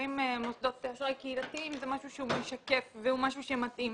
האם מוסדות אשראי קהילתיים זה משהו שהוא משקף וזה משהו שמתאים.